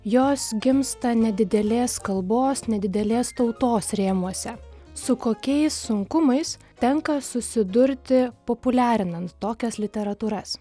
jos gimsta nedidelės kalbos nedidelės tautos rėmuose su kokiais sunkumais tenka susidurti populiarinant tokias literatūras